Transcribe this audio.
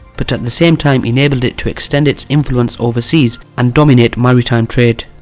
but at the same time enabled it to extend its influence overseas and dominate maritime trade.